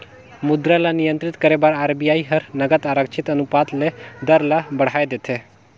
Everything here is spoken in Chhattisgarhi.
मुद्रा ल नियंत्रित करे बर आर.बी.आई हर नगद आरक्छित अनुपात ले दर ल बढ़ाए देथे